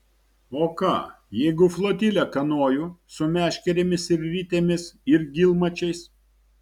o ką jeigu flotilę kanojų su meškerėmis ir ritėmis ir gylmačiais